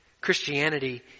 Christianity